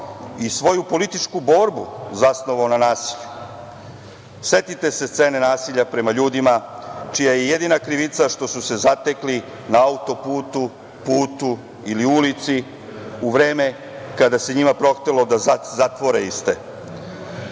i svoju političku borbu zasnovao na nasilju. Setite se scene nasilja prema ljudima čija je jedina krivica što su se zatekli na autoputu, putu ili ulici u vreme kada se njima prohtelo da zatvore iste. Sam